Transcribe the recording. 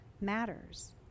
matters